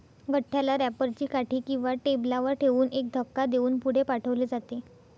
गठ्ठ्याला रॅपर ची काठी किंवा टेबलावर ठेवून एक धक्का देऊन पुढे पाठवले जाते